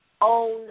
own